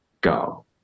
go